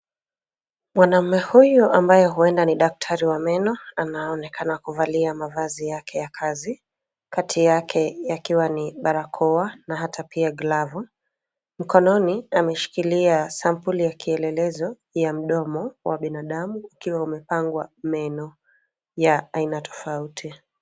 Mwanaume huyu ambaye huenda ni daktari wa meno anaonekana kuvalia mavazi yake ya kazi. Kati yake yakiwa ni barakoa na hata pia glavu. Mkononi ameshikilia sampuli ya kielelezo ya mdomo wa binadamu ikiwa umepangwa meno ya aina tofauti.